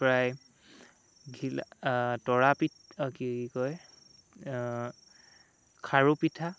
প্ৰায় ঘিলা তৰাপিঠা অ' কি কি কয় খাৰু পিঠা